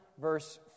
verse